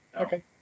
okay